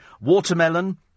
watermelon